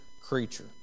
creature